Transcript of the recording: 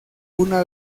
una